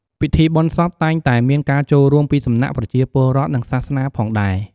ពិធីបុណ្យសពតែងតែមានការចូលរួមពីសំណាក់ប្រជាពលរដ្ឋ និងសាសនាផងដែរ។